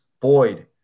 boyd